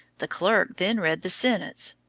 the clerk then read the sentence,